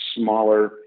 smaller